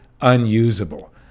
unusable